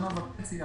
שנה וחצי.